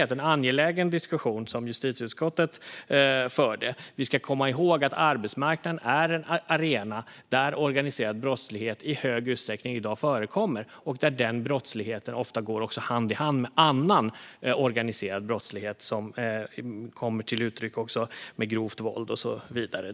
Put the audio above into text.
Det är en angelägen diskussion som justitieutskottet förde. Vi ska komma ihåg att arbetsmarknaden är en arena där organiserad brottslighet i dag förekommer i stor utsträckning - och att den brottsligheten ofta går hand i hand med annan organiserad brottslighet, som tar sig uttryck i form av grovt våld och så vidare.